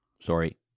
Sorry